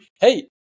hey